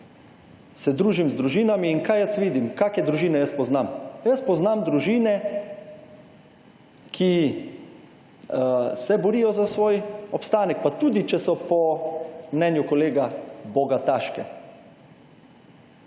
se družim z družinami in kaj jaz vidim. Kake družine jaz poznam? Jaz poznam družine, ki se borijo za svoj obstanek, pa tudi, če so po mnenju kolega bogataške.